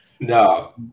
No